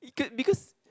because